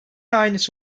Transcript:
aynısı